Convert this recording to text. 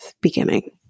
beginning